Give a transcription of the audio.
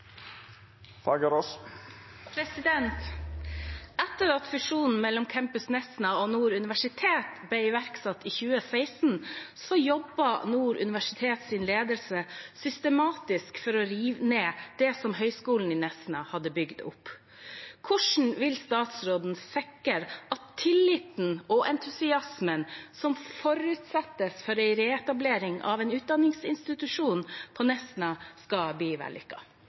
at fusjonen ble iverksatt i 2016, jobbet Nord universitets ledelse systematisk for å rive ned det som Høgskolen i Nesna hadde bygd opp. Hvordan vil statsråden sikre den nødvendige tilliten og entusiasmen som forutsettes for at reetableringen av en utdanningsinstitusjon på Nesna skal bli